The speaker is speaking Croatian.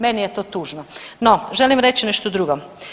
Meni je to tužno, no, želim reći nešto drugo.